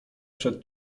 przed